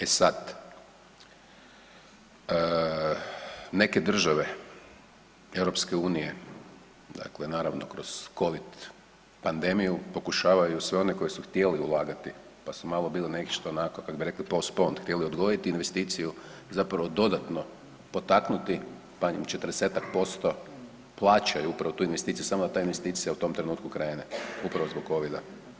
E sad, neke države EU dakle naravno kroz covid pandemiju pokušavaju sve one koji su htjeli ulagati pa su malo bili nešto onako kako bi rekli post pont htjeli odgoditi investiciju zapravo dodatno potaknuti pa im 40-ak posto plaćaju protu investiciju samo da ta investicija u tom trenutku krene, upravo zbog covida.